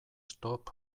stop